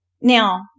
Now